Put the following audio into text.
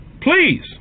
Please